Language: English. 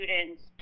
students